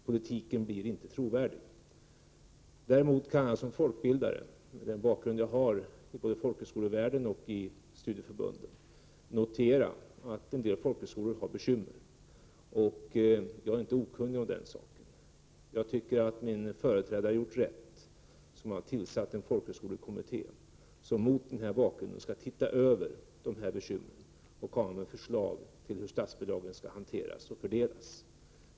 Politiken blir inte trovärdig. Däremot kan jag som folkbildare, med den bakgrund jag har både i folkhögskolevärlden och i studieförbunden, notera att en del folkhögskolor har bekymmer. Jag är inte okunnig om den saken. Jag tycker att min företrädare gjorde rätt som tillsatte en folkhögskolekommitté som mot denna bakgrund skall se över dessa bekymmer och komma med förslag till hursstatsbidragen skall hanteras och fördelas.